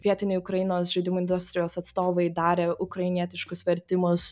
vietiniai ukrainos žaidimų industrijos atstovai darė ukrainietiškus vertimus